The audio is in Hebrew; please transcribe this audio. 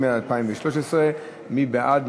התשע"ג 2013. מי בעד,